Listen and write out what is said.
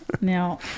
Now